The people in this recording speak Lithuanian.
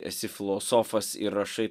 esi filosofas ir rašai